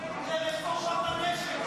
שום קשר להתנגדות שלהם לרפורמת הנשק, בושה.